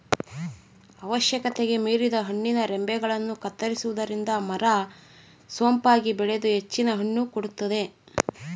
ಅವಶ್ಯಕತೆಗೆ ಮೀರಿದ ಹಣ್ಣಿನ ರಂಬೆಗಳನ್ನು ಕತ್ತರಿಸುವುದರಿಂದ ಮರ ಸೊಂಪಾಗಿ ಬೆಳೆದು ಹೆಚ್ಚಿನ ಹಣ್ಣು ಕೊಡುತ್ತದೆ